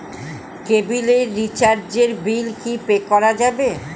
কেবিলের রিচার্জের বিল কি পে করা যাবে?